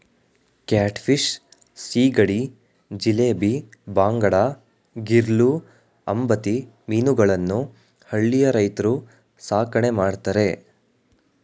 cat fish, ಸೀಗಡಿ, ಜಿಲೇಬಿ, ಬಾಂಗಡಾ, ಗಿರ್ಲೂ, ಅಂಬತಿ ಮೀನುಗಳನ್ನು ಹಳ್ಳಿಯ ರೈತ್ರು ಸಾಕಣೆ ಮಾಡ್ತರೆ